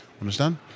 understand